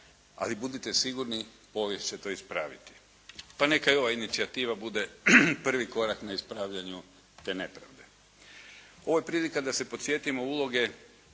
Ali budite sigurni povijest će to ispraviti." Pa neka i ova inicijativa bude prvi korak na ispravljanju te nepravde. Ovo je prilika da se podsjetimo uloge